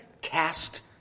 cast